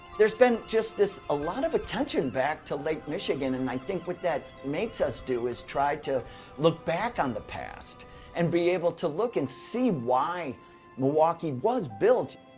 there's been just this a lot of attention back to lake michigan and i think what that makes us do is to try to look back on the past and be able to look and see why milwaukee was built.